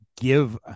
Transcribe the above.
give